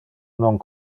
non